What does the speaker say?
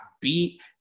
beat